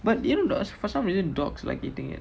but you know there's for some reason dogs like eating it